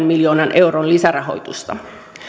miljoonan euron lisärahoitusta